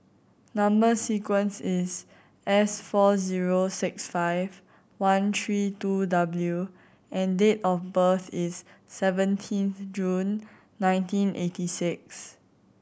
number sequence is S four zero six five one three two W and date of birth is seventeen June nineteen eighty six